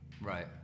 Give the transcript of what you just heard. Right